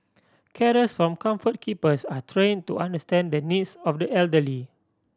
carers from Comfort Keepers are train to understand the needs of the elderly